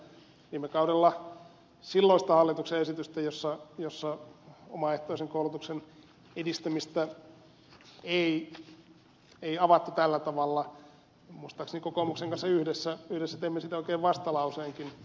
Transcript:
viime kaudella silloisesta hallituksen esityksestä jossa omaehtoisen koulutuksen edistämistä ei avattu tällä tavalla muistaakseni kokoomuksen kanssa yhdessä teimme oikein vastalauseenkin